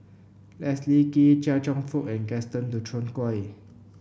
Leslie Kee Chia Cheong Fook and Gaston Dutronquoy